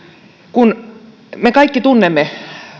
kun me kaikki tunnemme